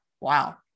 wow